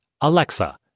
Alexa